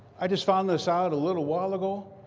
i just found this out a little while ago.